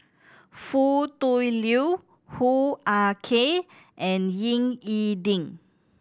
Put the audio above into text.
Foo Tui Liew Hoo Ah Kay and Ying E Ding